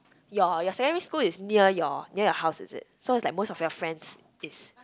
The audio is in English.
your your secondary school is near your near your house is it so it's like most of your friends is